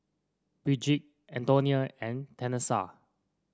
Brigid Antonia and Tanesha